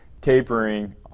tapering